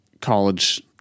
college